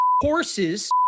horses